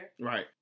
Right